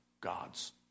God's